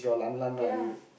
ya